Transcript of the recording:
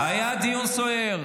אל תטיפי לי מוסר.